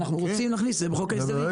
אנחנו רוצים להכניס את זה בחוק ההסדרים.